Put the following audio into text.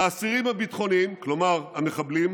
האסירים הביטחוניים, כלומר המחבלים,